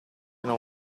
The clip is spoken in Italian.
non